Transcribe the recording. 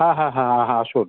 হ্যাঁ হ্যাঁ হ্যাঁ হ্যাঁ আসুন